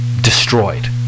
destroyed